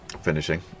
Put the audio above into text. finishing